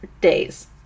days